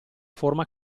forma